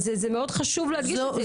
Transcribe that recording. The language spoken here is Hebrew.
מאוד חשוב להגיד את הדברים,